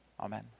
Amen